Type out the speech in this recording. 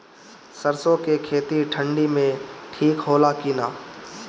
सरसो के खेती ठंडी में ठिक होला कि ना?